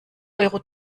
euro